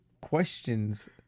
questions